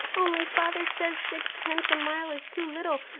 only father says sixpence a mile is too little,